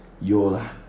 Yola